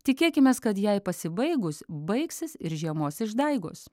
tikėkimės kad jai pasibaigus baigsis ir žiemos išdaigos